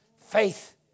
faith